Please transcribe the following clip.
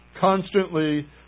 Constantly